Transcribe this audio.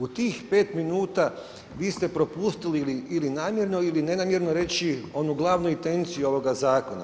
U tih 5 minuta, vi ste propustili ili namjerno ili nenamjerno reći, onu glavnu intenciju ovoga zakona.